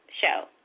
show